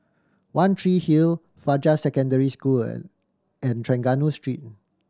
One Tree Hill Fajar Secondary School and and Trengganu Street